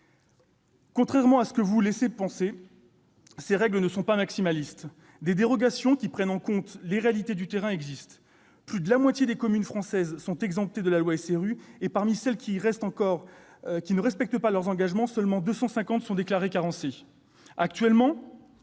Contrairement à ce que vous laissez penser, ces règles ne sont pas maximalistes. Des dérogations sont prévues, qui prennent en compte les réalités du terrain. Ainsi, plus de la moitié des communes françaises sont exemptées de la loi SRU, et, parmi celles qui ne respectent pas leurs obligations, 250 seulement sont déclarées carencées. Le